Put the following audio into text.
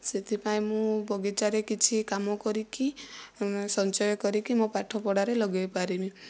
ସେଥିପାଇଁ ମୁଁ ବଗିଚାରେ କିଛି କାମ କରିକି ସଞ୍ଚୟ କରିକି ମୋ ପାଠ ପଢ଼ାରେ ଲଗାଇ ପାରିବି